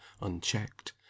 unchecked